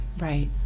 right